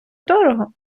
дорого